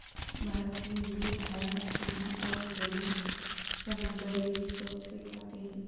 भारत में लोग हरा चना और भुना चना बड़े ही शौक से खाते हैं